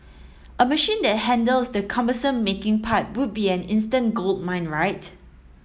a machine that handles the cumbersome 'making' part would be an instant goldmine right